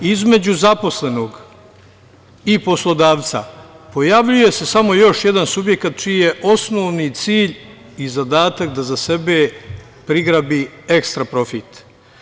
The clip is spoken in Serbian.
Između zaposlenog i poslodavca pojavljuje se samo još jedan subjekta čiji je osnovni cilj i zadatak da za sebe prigrabi ekstra profit.